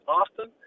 Austin